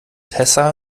tessa